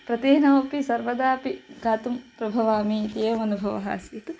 प्रतिदिनमपि सर्वदापि गातुं प्रभवामि इति एव अनुभवः आसीत्